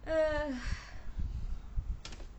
ugh